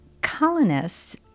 colonists